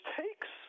takes